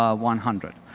ah one hundred.